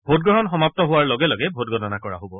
ভোটগ্ৰহণ সমাপ্ত হোৱাৰ লগে লগে ভোটগণনা কৰা হ'ব